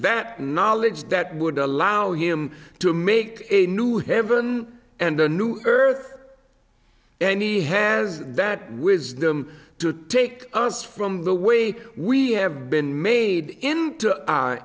that knowledge that would allow him to make a new heaven and a new earth and he has that wisdom to take us from the way we have been made into our